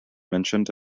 mentioned